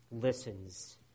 listens